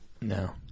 No